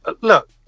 Look